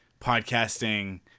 podcasting